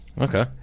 Okay